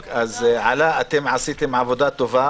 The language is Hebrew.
עלא, עשיתם עבודה טובה